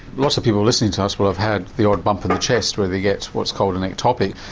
lots of people listening to us will have had the odd bump in the chest where they get what's called an ectopic,